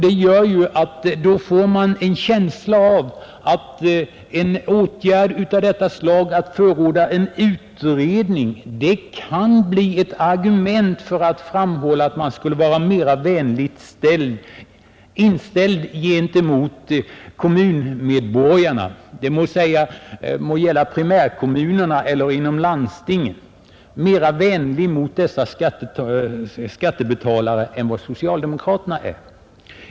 Detta gör att vi får en känsla av att ett förordande av en utredning kan ge ett argument för att man skulle vara mera vänligt inställd gentemot kommunernas skattebetalare — det må gälla primärkommunerna eller landstingen — än vad socialdemokraterna är.